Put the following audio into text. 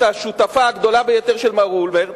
השותפה הגדולה ביותר של מר אולמרט,